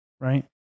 right